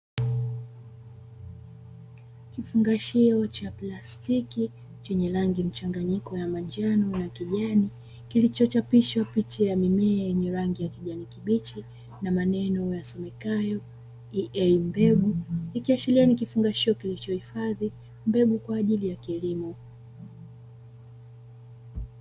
Kifungashio cha plastiki chenye rangi mchanganyiko ya manjano na kijani kilichochapishwa picha ya mimea yenye rangi ya kijani kibichi, na maneno yasomekayo "iei" mbegu, ikiashiria ni kifungashio kilichohifadhi mbegu kwaajili ya kilimo.